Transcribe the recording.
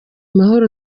mahoro